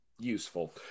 Useful